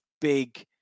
big